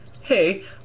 hey